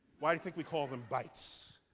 why do you think we call them bites?